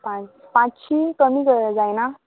पांच पांचशी कमी दर जायना